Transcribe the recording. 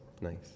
nice